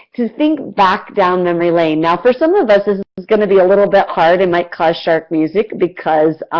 to think back down memory lane. now for some of us it's going to be a little bit hard. it and might cause shark music because